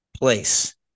place